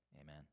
amen